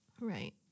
Right